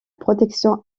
protection